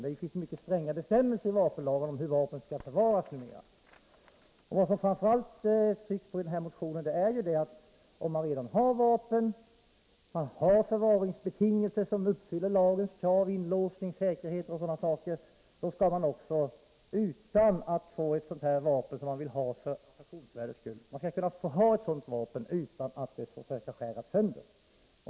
Det finns numera mycket stränga bestämmelser i vapenlagen om hur vapen skall förvaras. Vad man framför allt trycker på i motion 1981/82:714 är att om man redan har vapen och uppfyller lagens krav beträffande förvaring, inlåsning, säkerhet m.m., då skall man också få ha ett vapen av detta slag utan att det skall skäras sönder.